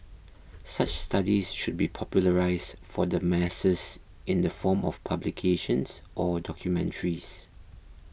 such studies should be popularised for the masses in the form of publications or documentaries